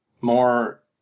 more